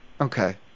Okay